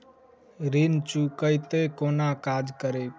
ऋण चुकौती कोना काज करे ये?